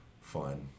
Fun